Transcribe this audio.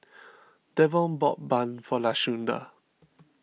Devaughn bought Bun for Lashunda